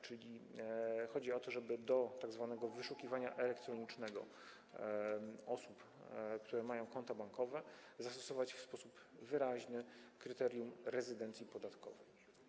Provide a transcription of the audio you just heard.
Czyli chodzi o to, żeby odnośnie do tzw. wyszukiwania elektronicznego osób, które mają konta bankowe, zastosować w sposób wyraźny kryterium rezydencji podatkowej.